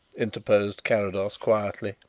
interposed carrados quietly.